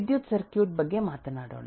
ವಿದ್ಯುತ್ ಸರ್ಕ್ಯೂಟ್ ಬಗ್ಗೆ ಮಾತನಾಡೋಣ